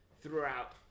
throughout